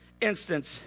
instance